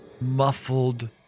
muffled